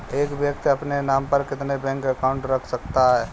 एक व्यक्ति अपने नाम पर कितने बैंक अकाउंट रख सकता है?